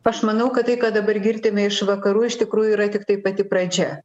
aš manau kad tai ką dabar girdime iš vakarų iš tikrųjų yra tiktai pati pradžia